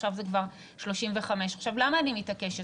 עכשיו זה כבר 35. למה אני מתעקשת?